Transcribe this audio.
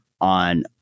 on